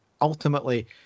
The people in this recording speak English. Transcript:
ultimately